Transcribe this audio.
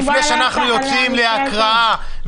היא לא דיברה על המקרה הזה,